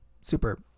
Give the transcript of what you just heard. super